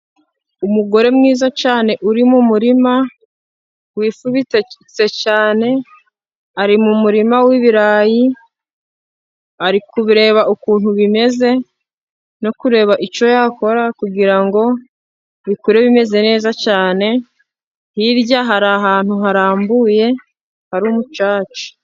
Umugore mwiza cyane uri mu murima, wifubitse cyane ari mu murima w'ibirayi, ari kubireba ukuntu bimeze no kureba icyo yakora, kugira ngo ngo bikure bimeze neza cyane. Hirya hari ahantu harambuye hari umucaca.